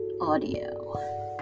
audio